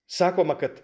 sakoma kad